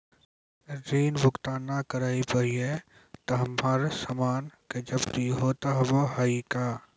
ऋण भुगतान ना करऽ पहिए तह हमर समान के जब्ती होता हाव हई का?